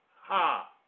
Ha